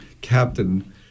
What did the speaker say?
captain